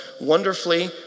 wonderfully